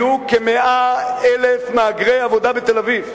יהיו כ-100,000 מהגרי עבודה בתל-אביב,